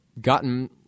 gotten